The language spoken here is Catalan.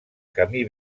camí